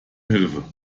hilfe